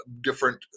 different